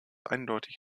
eindeutig